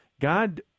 God